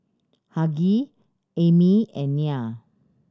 Hughie Amie and Nya